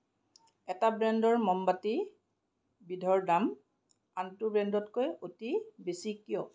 এটা ব্ৰেণ্ডৰ মমবাতি বিধৰ দাম আনটো ব্ৰেণ্ডতকৈ অতি বেছি কিয়